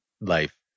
life